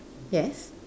yes